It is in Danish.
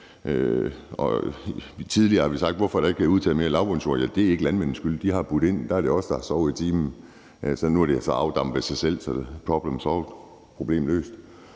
tidligere har vi sagt: Hvorfor bliver der ikke udtaget mere lavbundsjord? Det er ikke alle landmændenes skyld, for de har budt ind. Der er det os, der har sovet i timen. Nu har de så afdampet sig selv, så problemet er løst.